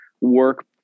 work